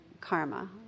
karma